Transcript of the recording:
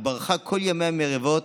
היא ברחה כל ימיה ממריבות.